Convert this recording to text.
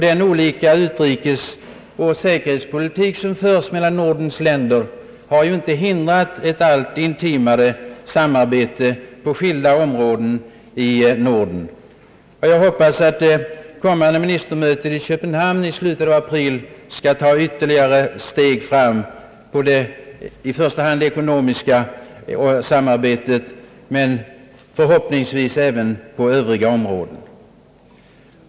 Den olika utrikesoch säkerhetspolitik som förs i Nordens länder har ju inte hindrat ett allt intimare samarbete på skilda områden i Norden. Jag hoppas att det kommande ministermötet i Köpenhamn i slutet av april skall leda till att det tas ytterligare steg på i första hand det ekonomiska samarbetets väg men även till ett ökat samarbete på övriga områden.